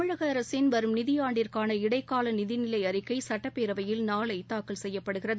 தமிழக அரசின் வரும் நிதி ஆண்டிற்கான இடைக்கால நிதிநிலை அறிக்கை சட்டப்பேரவையில் நாளை தாக்கல் செய்யப்படுகிறது